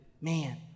Man